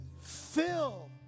fill